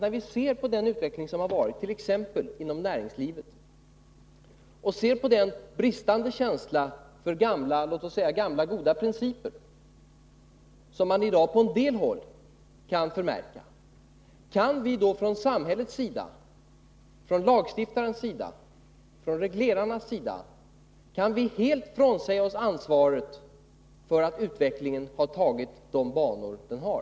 När vi ser på den utveckling som varit t.ex. inom näringslivet och den bristande känsla för låt oss säga gamla goda principer som i dag på en del håll kan förmärkas, kan vi då från samhällets sida, från lagstiftarens, från reglerarnas sida helt frånsäga oss ansvaret för att utvecklingen har tagit de banor den har?